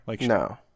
No